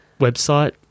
website